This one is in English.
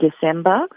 December